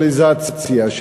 דצנטרליזציה,